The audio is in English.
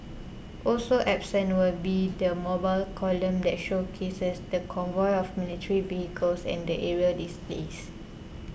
also absent will be the mobile column that showcases the convoy of military vehicles and the aerial displays